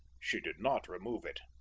she did not remove it.